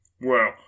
Well